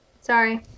sorry